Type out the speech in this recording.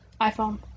iPhone